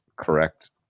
correct